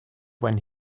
when